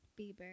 Bieber